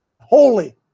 Holy